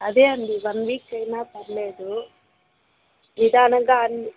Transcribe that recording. అదే అండి one week అయినా పర్లేదు నిదానంగా అన్ని